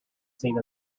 seen